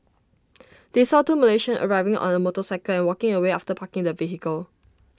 they saw two Malaysians arriving on A motorcycle and walking away after parking the vehicle